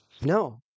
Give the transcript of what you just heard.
No